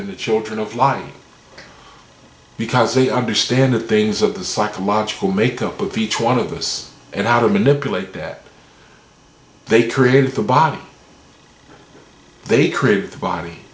than the children of light because they understand the things of the psychological make up of each one of us and how to manipulate that they created the body they created the body